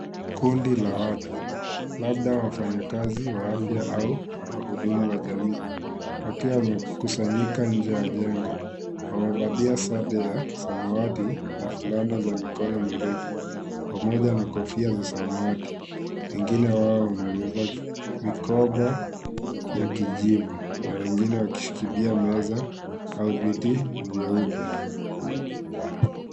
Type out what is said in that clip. Kundi la watu labda wafanyakazi wa afya au wahudumu wajamii wakiwa wamekusanyika nje ya jengo , wamevalia sare za samawati na fulana za mikono mirefu pamoja na kofia za samawati, wengine wao wamebeba mikoba ya kijivu na wengine wakishikilia meza au viti vyeupe.